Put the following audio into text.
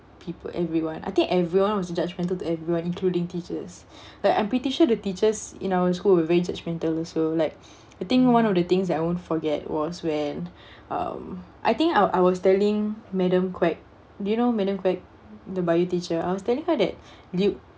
people everyone I think everyone was judgmental to everyone including teachers that I'm pretty sure the teachers in our school are very judgemental also like I think one of the things that I won't forget was when um I think I wa~ I was telling madam quek do you know madam quek the bio teacher I was telling her that luke